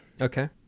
Okay